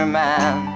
man